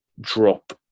drop